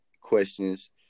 questions